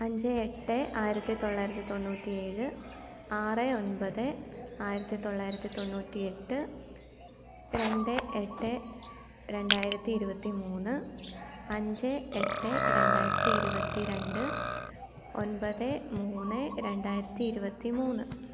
അഞ്ച് എട്ട് ആയിരത്തി തൊള്ളായിരത്തി തൊണ്ണൂറ്റി ഏഴ് ആറ് ഒൻപത് ആയിരത്തി തൊള്ളായിരത്തി തൊണ്ണൂറ്റി എട്ട് രണ്ട് എട്ട് രണ്ടായിരത്തി ഇരുപത്തി മൂന്ന് അഞ്ച് എട്ട് രണ്ടായിരത്തി ഇരുപത്തി രണ്ട് ഒൻപത് മൂന്ന് രണ്ടായിരത്തി ഇരുപത്തി മൂന്ന്